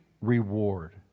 reward